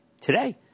today